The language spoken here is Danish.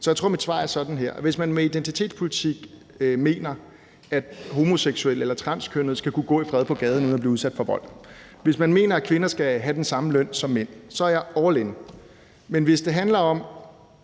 Så jeg tror, at mit svar er sådan her: Hvis man med identitetspolitik mener, at homoseksuelle eller transkønnede skal kunne gå i fred på gaden uden at blive udsat for vold, og hvis man mener, at kvinder skal have den samme løn som mænd, er jeg all in. Men hvis det handler om